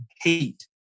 hate